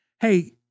Hey